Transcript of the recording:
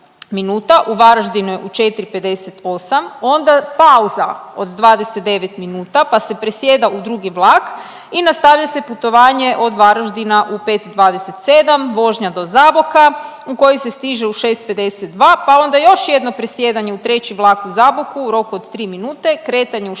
U Varaždinu je u 4,58. Onda pauza od 29 minuta, pa se presjeda u drugi vlak i nastavlja se putovanje od Varaždina u 5,27, vožnja do Zaboka u koji se stiže u 6,52 pa onda još jedno presjedanje u treći vlak u Zaboku u roku od tri minute. Kretanje u